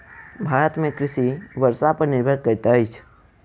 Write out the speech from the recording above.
भारत में कृषि वर्षा पर निर्भर करैत अछि